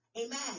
amen